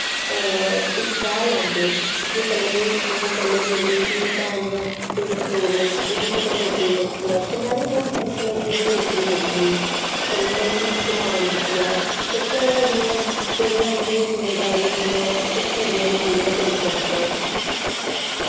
उत्साह् लैंदे जि'यां कल्ला गी कोई मेरी धी भैन जां दोस्त होग तां ओह्दी कुतै नौकरी लग्गी जाह्ग ते में बी खुश होना कि ओह्दी नौकरी लग्गी गेई कल गी कुड़ी कमान लग्गी जाह्ग ते घरा दियां बड़ियां जेह्ड़ियां जिम्मेंदारियां होंदियां ओह् कुड़ियां बी पूरियां करी सकदियां